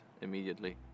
immediately